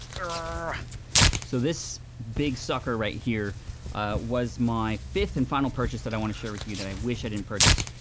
so this big sucker right here was my fifth and final purchase that i want to share with you that i wish i didn't purchase.